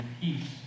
peace